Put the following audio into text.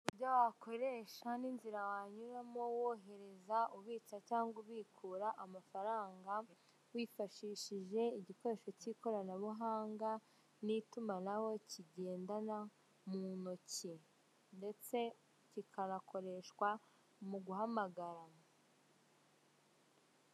Uburyo wakoresha n'inzira wanyuramo wohereza, ubitsa cyangwa ubikura amafaranga wifashishije igikoresho cy'ikoranabuhanga n'itumanaho kigendanwa mu ntoki ndetse kinakoreshwa mu guhamagara.